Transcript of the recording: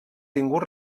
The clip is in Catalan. tingut